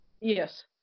Yes